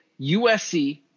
USC